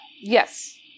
yes